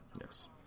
Yes